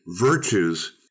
virtues